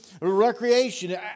recreation